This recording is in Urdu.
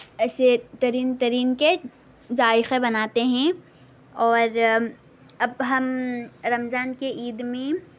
ایسے ترین ترین کے ذائقے بناتے ہیں اور اب ہم رمضان کے عید میں